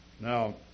Now